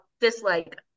dislike